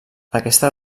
aquesta